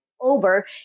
over